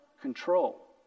control